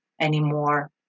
anymore